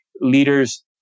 leaders